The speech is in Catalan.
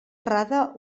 errada